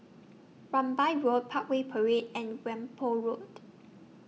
Rambai Road Parkway Parade and Whampoa Road